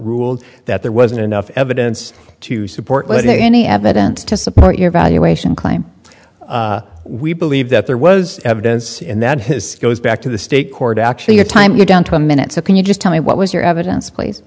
ruled that there wasn't enough evidence to support any evidence to support your valuation claim we believe that there was evidence and that his goes back to the state court actually your time you're down to a minute so can you just tell me what was your evidence